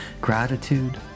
gratitude